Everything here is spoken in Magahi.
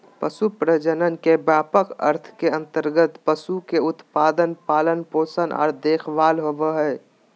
पशु प्रजनन के व्यापक अर्थ के अंतर्गत पशु के उत्पादन, पालन पोषण आर देखभाल होबई हई